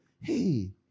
Hey